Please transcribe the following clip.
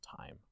time